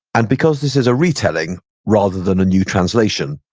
and because this is a retelling rather than a new translation,